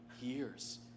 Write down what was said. years